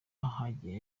hagiye